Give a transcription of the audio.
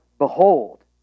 Behold